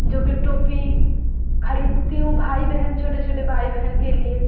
جو کہ ٹوپی خریدتی ہوں بھائی بہن چھوٹے چھوٹے بھائی بہن کے لیے